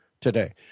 today